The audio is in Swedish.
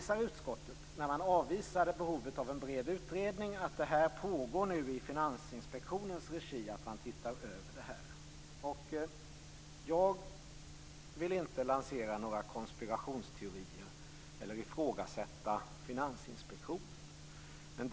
När utskottet avvisade behovet av en bred utredning hänvisade utskottet till att det pågår en översyn i Finansinspektionens regi. Jag vill inte lansera några konspirationsteorier eller ifrågasätta Finansinspektionen.